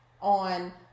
on